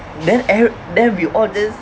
then every then we all just